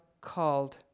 called